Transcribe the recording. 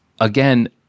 again